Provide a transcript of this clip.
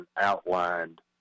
outlined